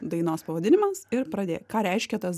dainos pavadinimas ir pradėk ką reiškia tas